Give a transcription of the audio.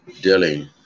dealing